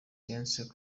dance